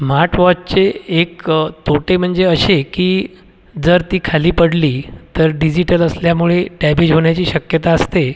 smart वॉचचे एक तोटे म्हणजे असे की जर ती खाली पडली तर डिजिटल असल्यामुळे डॅमेज होण्याची शक्यता असते